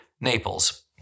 Naples